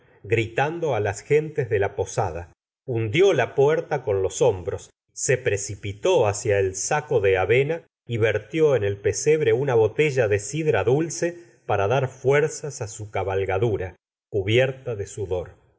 gritando á las gentes de la posada hundió la puerta con los hom bros se precipitó hacia el saco de avena y vertió en el pesebre una botella de sidra dulce para dar fuerzas á su cabalgadura cubierta de sudor